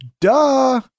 duh